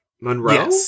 Monroe